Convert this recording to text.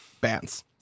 Bands